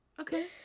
Okay